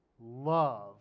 love